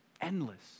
endless